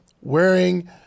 wearing